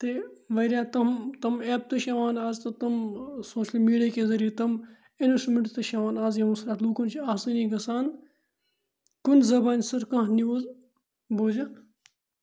تہِ واریاہ تِم تِم ایپ تہِ چھِ یِوان آز تہٕ تِم سوشَل میٖڈیا کے ذٔریعہٕ تِم اِنَسٹرٛوٗمٮ۪نٛٹٕس تہِ چھِ یِوان آز ییٚمہِ سۭتۍ اَتھ لوٗکَن چھِ آسٲنی گژھان کُنہِ زَبانہِ سۭتۍ کانٛہہ نِوٕز بوٗزِتھ